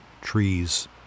trees